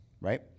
right